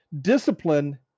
Discipline